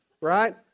right